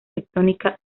tectónica